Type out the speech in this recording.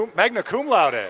magna cum laude. and